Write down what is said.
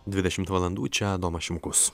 dvidešimt valandų čia adomas šimkus